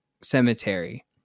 cemetery